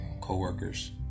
coworkers